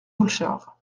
doulchard